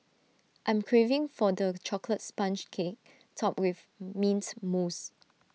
I'm craving for the Chocolate Sponge Cake Topped with Mint Mousse